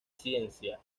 ciencia